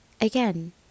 again